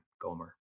Gomer